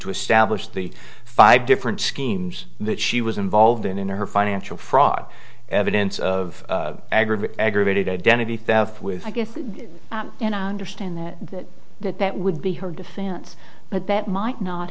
to establish the five different schemes that she was involved in in her financial fraud evidence of aggravated aggravated identity theft with i guess and i understand that that that would be her defense but that might not